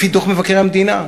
לפי דוח מבקר המדינה.